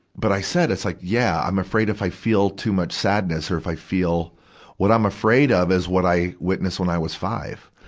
but i said, it's like, yeah, i'm afraid if i feel too much sadness or if i feel what i'm afraid of is what i witnessed when i was five.